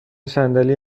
صندلی